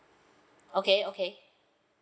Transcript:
okay okay